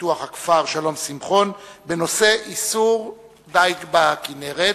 ופיתוח הכפר שלום שמחון בנושא איסור דיג בכינרת.